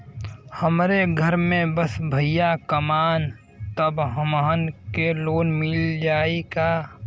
हमरे घर में बस भईया कमान तब हमहन के लोन मिल जाई का?